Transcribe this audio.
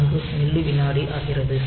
274 milli விநாடி ஆகிறது